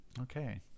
Okay